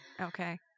Okay